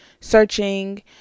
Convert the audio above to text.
searching